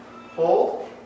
Hold